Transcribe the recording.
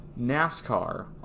nascar